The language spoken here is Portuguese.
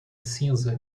cinza